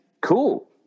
Cool